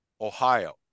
Ohio